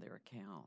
their account